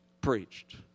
preached